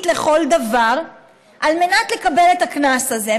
לכל דבר על מנת לקבל את הקנס הזה.